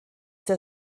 der